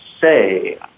say